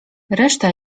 reszta